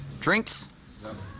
drinks